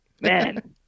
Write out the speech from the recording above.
man